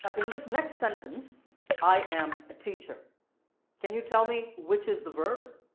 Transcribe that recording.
ah in this next sentence i am a teacher can you tell me which is the verb?